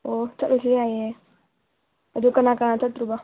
ꯑꯣ ꯆꯠꯂꯨꯁꯤ ꯌꯥꯏꯑꯦ ꯑꯗꯣ ꯀꯅꯥ ꯀꯅꯥ ꯆꯠꯇ꯭ꯔꯣꯕ